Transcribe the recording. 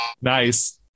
Nice